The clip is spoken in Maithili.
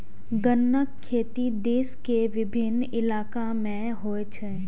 गन्नाक खेती देश के विभिन्न इलाका मे होइ छै